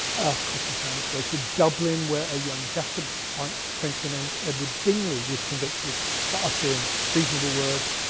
a copy found its way to dublin, where a young jacobite printer named edward bingley was convicted for uttering treasonable words,